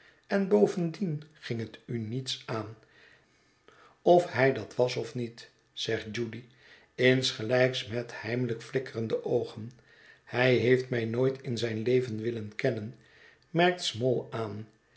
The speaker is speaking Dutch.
en bovendien ging het u niets aan of hij dat was of niet zegt judy insgelijks met heimelijk flikkerende oogen hij heeft mij nooit in zijn leven willen kennen merkt small aan